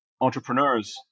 entrepreneurs